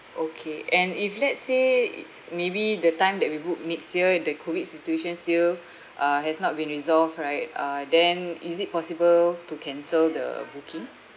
okay and if lets say it's maybe the time that we book next year the COVID situation still uh has not been resolved right uh then is it possible to cancel the booking